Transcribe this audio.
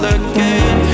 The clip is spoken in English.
again